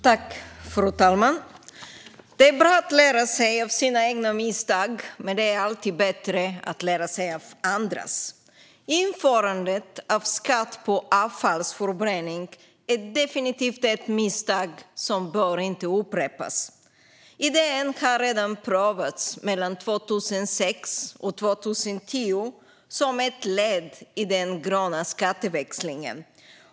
Fru talman! Det är bra att lära sig av sina egna misstag. Men det är alltid bättre att lära sig av andras. Införandet av en skatt på avfallsförbränning är definitivt ett misstag som inte bör upprepas. Idén har redan prövats, mellan 2006 och 2010, som ett led i den gröna skatteväxlingen.